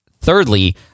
thirdly